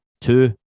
Two